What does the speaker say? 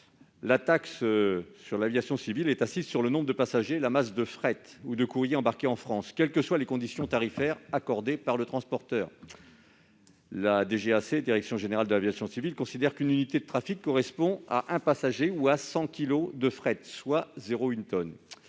La taxe sur l'aviation civile est assise sur le nombre de passagers et la masse de fret ou de courrier embarqués en France, quelles que soient les conditions tarifaires accordées par le transporteur. La direction générale de l'aviation civile (DGAC) considère qu'une unité de trafic correspond à un passager ou à 100 kilos de fret, soit 0,1 tonne.